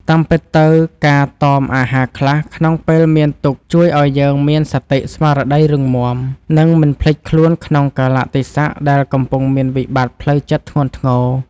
តាមពិតទៅការតមអាហារខ្លះក្នុងពេលមានទុក្ខជួយឱ្យយើងមានសតិស្មារតីរឹងមាំ និងមិនភ្លេចខ្លួនក្នុងកាលៈទេសៈដែលកំពុងមានវិបត្តិផ្លូវចិត្តធ្ងន់ធ្ងរ។